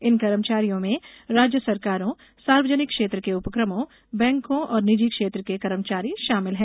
इन कर्मचारियों में राज्य सरकारों सार्वजनिक क्षेत्र के उपक्रमों बैंकों और निजी क्षेत्र के कर्मचारी शामिल हैं